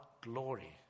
glory